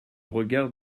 regard